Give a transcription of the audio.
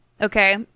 okay